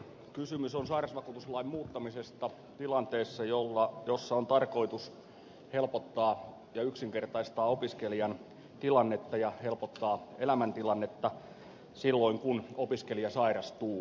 kysymys on sairausvakuutuslain muuttamisesta tilanteessa jossa on tarkoitus helpottaa ja yksinkertaistaa opiskelijan tilannetta ja helpottaa elämäntilannetta silloin kun opiskelija sairastuu